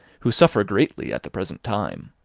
who suffer greatly at the present time.